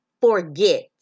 forget